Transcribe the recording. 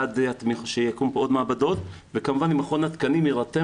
אנחנו בעד שיקומו עוד מעבדות וכמובן אם מכון התקנים יירתם